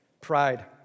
Pride